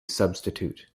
substitute